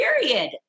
period